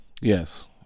yes